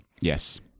Yes